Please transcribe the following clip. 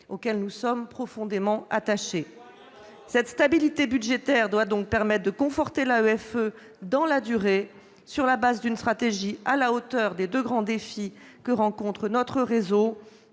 auquel nous sommes profondément attachés. Les moyens d'abord ! Cette stabilité budgétaire doit permettre de conforter l'AEFE dans la durée, sur la base d'une stratégie à la hauteur des deux grands défis que rencontre notre réseau